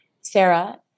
Sarah